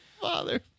father